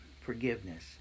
forgiveness